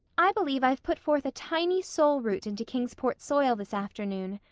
i believe i've put forth a tiny soul-root into kingsport soil this afternoon.